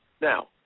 Now